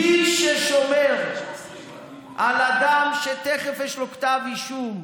מי ששומר על אדם שתכף יש לו כתב אישום בשוחד,